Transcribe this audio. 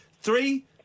Three